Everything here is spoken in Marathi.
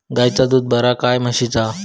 गायचा दूध बरा काय म्हशीचा?